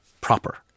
proper